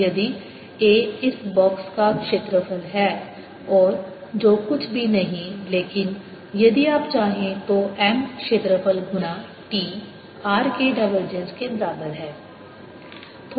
यदि a इस box का क्षेत्रफल है और जो कुछ भी नहीं लेकिन यदि आप चाहें तो M क्षेत्रफल गुणा t r के डाइवर्जेंस के बराबर है